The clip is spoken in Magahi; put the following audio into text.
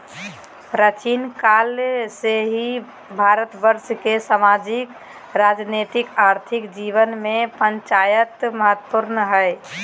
प्राचीन काल से ही भारतवर्ष के सामाजिक, राजनीतिक, आर्थिक जीवन में पंचायत महत्वपूर्ण हइ